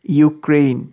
Ukraine